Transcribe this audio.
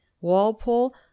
walpole